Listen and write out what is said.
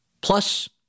plus